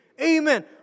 Amen